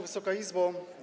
Wysoka Izbo!